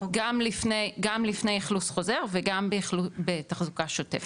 גם לפני אכלוס חוזר וגם בתחזוקה שוטפת.